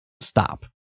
stop